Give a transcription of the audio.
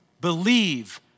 Believe